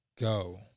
go